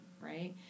right